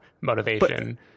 motivation